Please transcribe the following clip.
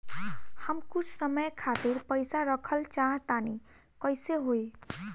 हम कुछ समय खातिर पईसा रखल चाह तानि कइसे होई?